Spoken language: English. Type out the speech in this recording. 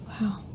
wow